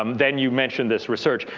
um then you mentioned this research.